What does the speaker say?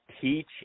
teach